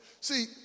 See